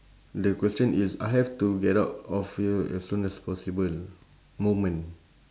the question is I have to get out of here as soon as possible moment